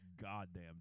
goddamn